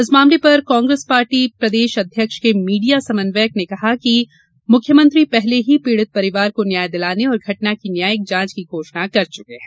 इस मामले पर कांग्रेस पार्टी प्रदेश अध्यक्ष के मीडिया समन्वयक ने कहा कि मुख्यमंत्री पहले ही पीड़ित परिवार को न्याय दिलाने और घटना की न्यायिक जांच की घोषणा कर चुके हैं